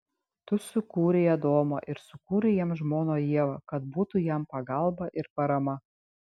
tu sukūrei adomą ir sukūrei jam žmoną ievą kad būtų jam pagalba ir parama